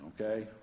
Okay